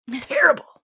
Terrible